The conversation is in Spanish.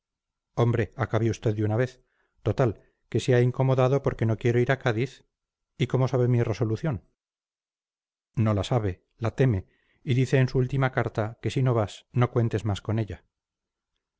hombre acabe usted de una vez total que se ha incomodado porque no quiero ir a cádiz y cómo sabe mi resolución no la sabe la teme y dice en su última carta que si no vas no cuentes más con ella